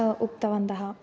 उक्तवन्तः